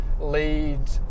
lead